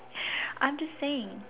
I'm just saying